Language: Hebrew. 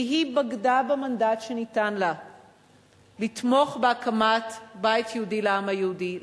כי היא בגדה במנדט שניתן לה לתמוך בהקמת בית לאומי לעם היהודי,